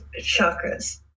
chakras